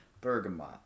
Bergamot